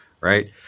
right